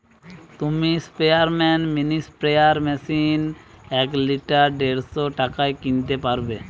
তুমি স্পেয়ারম্যান mini sprayer machine এক লিটার দেড়শ টাকায় কিনতে পারবে